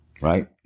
right